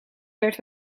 werd